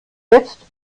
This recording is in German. jetzt